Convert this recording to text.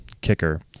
kicker